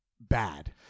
bad